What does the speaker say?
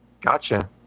Gotcha